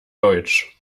deutsch